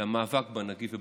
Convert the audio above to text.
למאבק בנגיף הקורונה,